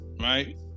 right